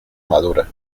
madura